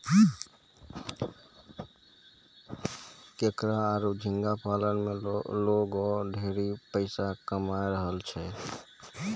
केकड़ा आरो झींगा पालन में लोगें ढेरे पइसा कमाय रहलो छै